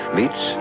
...meets